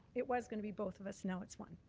it was going to be both of us, now it's one.